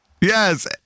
Yes